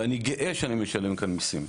ואני גאה שאני משלם כאן מיסים,